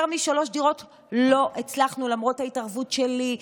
יותר משלוש דירות לא הצלחנו, למרות ההתערבות שלי,